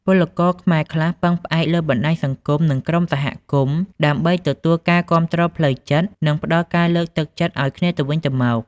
ពលករខ្មែរខ្លះពឹងផ្អែកលើបណ្ដាញសង្គម និងក្រុមសហគមន៍ ដើម្បីទទួលការគាំទ្រផ្លូវចិត្ត និងផ្ដល់ការលើកទឹកចិត្តឱ្យគ្នាទៅវិញទៅមក។